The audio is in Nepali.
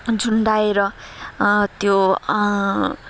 झुन्डाएर त्यो